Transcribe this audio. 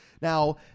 Now